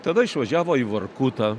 tada išvažiavo į vorkutą